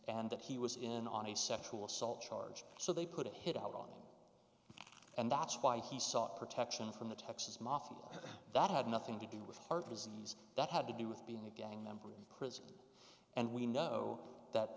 and that he was in on a sexual assault charge so they put a hit out on him and that's why he sought protection from the texas mafia that had nothing to do with heart disease that had to do with being a gang member of prison and we know that